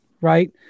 right